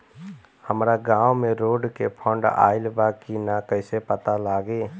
हमरा गांव मे रोड के फन्ड आइल बा कि ना कैसे पता लागि?